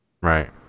Right